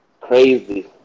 Crazy